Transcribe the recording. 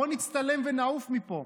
"בוא נצטלם ונעוף מפה".